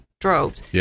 droves